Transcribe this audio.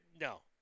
no